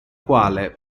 quale